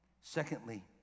Secondly